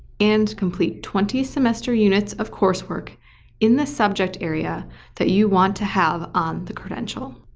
and complete twenty semester units of coursework in the subject area that you want to have on the credential.